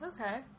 Okay